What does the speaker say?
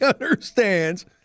understands